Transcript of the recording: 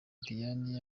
diane